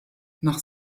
nach